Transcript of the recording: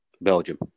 Belgium